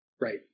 right